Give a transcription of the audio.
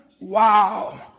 Wow